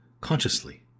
consciously